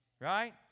right